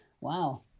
Wow